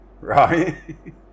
Right